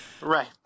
Right